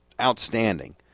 outstanding